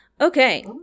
Okay